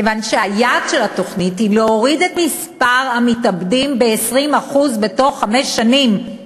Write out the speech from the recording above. כיוון שהיעד שלה הוא להוריד את מספר המתאבדים ב-20% בתוך חמש שנים.